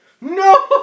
No